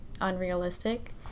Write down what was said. unrealistic